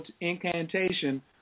incantation